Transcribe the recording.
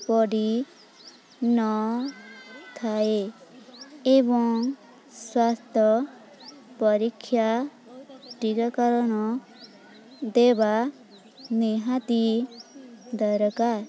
ପଡ଼ି ନ ଥାଏ ଏବଂ ସ୍ୱାସ୍ଥ୍ୟ ପରୀକ୍ଷା ଟିକାକରଣ ଦେବା ନିହାତି ଦରକାର